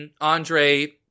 Andre